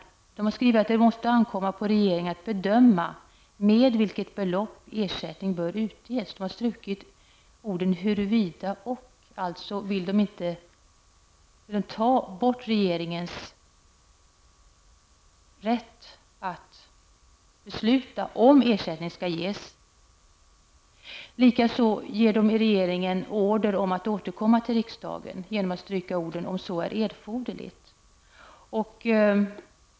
De borgerliga reservanterna skriver att ''det måste ankomma på regeringen att bedöma med vilket belopp ersättning bör utges'' -- de har alltså strukit orden ''huruvida och''. Reservanterna vill dessutom ge regeringen order om att återkomma till riksdagen genom att stryka orden ''om så är erforderligt''.